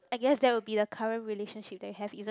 I guess that will be the current relationship that you have isn't